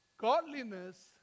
Godliness